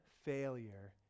failure